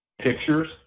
Pictures